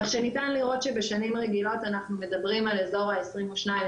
כך שניתן לראות שבשנים הרגילות אנחנו מדברים על אזור ה-22%,